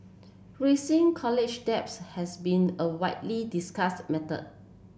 college debts has been a widely discussed matter